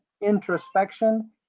introspection